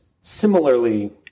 similarly